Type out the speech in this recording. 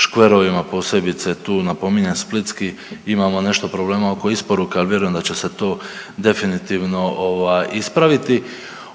škverovima posebice tu napominjem splitski imamo nešto problema oko isporuke, ali vjerujem da će se to definitivno ovaj ispraviti.